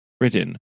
written